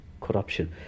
corruption